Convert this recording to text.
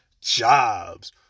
Jobs